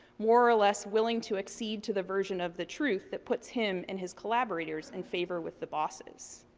more or less willing to accede to the version of the truth that puts him and his collaborators in favor with the bosses.